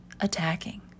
attacking